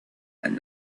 and